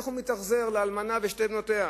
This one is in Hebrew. איך הוא מתאכזר לאלמנה ולשתי בנותיה.